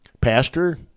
Pastor